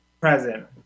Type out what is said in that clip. Present